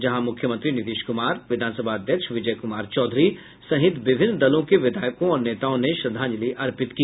जहां मुख्यमंत्री नीतीश कुमार विधानसभा अध्यक्ष विजय कुमार चौधरी सहित विभिन्न दलों के विधायकों और नेताओं ने श्रद्वांजलि अर्पित की